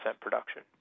production